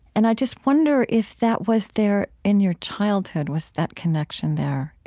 and i just wonder if that was there in your childhood. was that connection there,